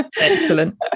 Excellent